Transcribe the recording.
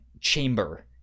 chamber